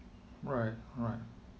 right right